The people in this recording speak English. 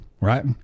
right